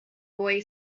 boy